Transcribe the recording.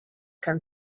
can